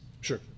sure